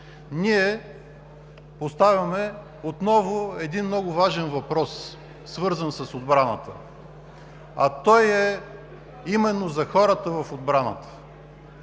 ние поставяме отново един много важен въпрос, свързан с отбраната, а той е именно за хората в отбраната.